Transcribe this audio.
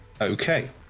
Okay